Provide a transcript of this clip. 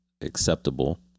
acceptable